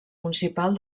municipal